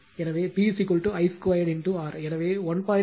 எனவே P I2 R எனவே 1